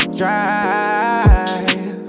drive